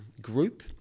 group